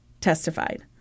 testified